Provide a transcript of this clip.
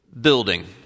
Building